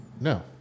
No